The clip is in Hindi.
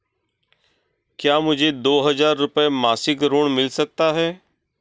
क्या मुझे दो हज़ार रुपये मासिक ऋण मिल सकता है?